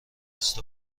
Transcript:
بیست